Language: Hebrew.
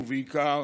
ובעיקר